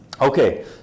Okay